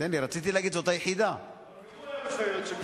רציתי להגיד, גם הוא היה בסיירת שקד.